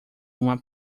uma